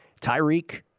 Tyreek